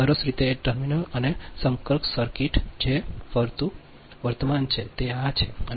સરસ રીતે એ ટર્મિનલ અને સમકક્ષ સર્કિટ કે જે ફરતું વર્તમાન છે તે આ છે આ છે આ